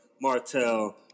Martell